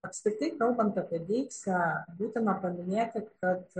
apskritai kalbant apie deiksę būtina paminėti kad